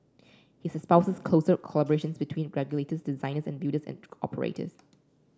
he espouses closer collaboration between regulators designers and builders and operators